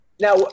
Now